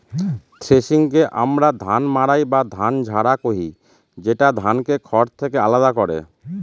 থ্রেশিংকে আমরা ধান মাড়াই বা ধান ঝাড়া কহি, যেটা ধানকে খড় থেকে আলাদা করে